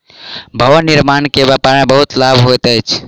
भवन निर्माण के व्यापार में बहुत लाभ होइत अछि